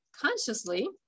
consciously